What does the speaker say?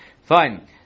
Fine